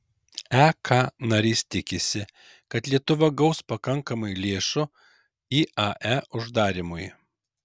ek narys tikisi kad lietuva gaus pakankamai lėšų iae uždarymui